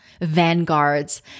vanguards